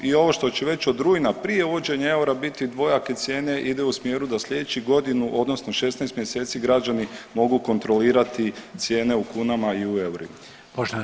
I ovo što će već od rujna prije uvođenja eura biti dvojake cijene ide u smjeru da sljedećih godinu, odnosno 16 mjeseci građani mogu kontrolirati cijene u kunama i u eurima.